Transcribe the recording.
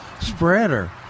spreader